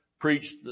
preached